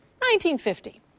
1950